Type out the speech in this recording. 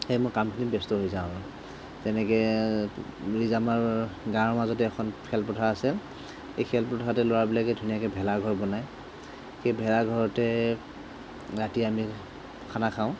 এই মই কামখিনিত ব্যস্ত হৈ যাওঁ আৰু তেনেকৈ লৈ যাম আৰু গাঁৱৰ মাজতে এখন খেলপথাৰ আছে সেই খেলপথাৰতে ল'ৰাবিলাকে ধুনীয়াকৈ ভেলাঘৰ বনায় সেই ভেলাঘৰতে ৰাতি আমি খানা খাওঁ